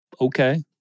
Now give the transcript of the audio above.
Okay